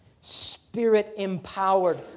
Spirit-empowered